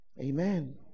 amen